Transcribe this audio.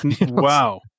wow